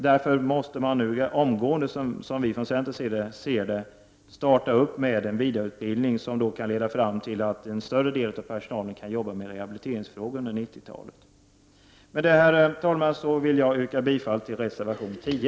Därför måste man, som vi från centern ser det, omgående starta en vidareutbildning som kan leda till att en större del av personalen under 1990-talet kan jobba med rehabiliteringsfrågor. Med det, herr talman, vill jag yrka bifall till reservation 10.